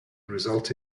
result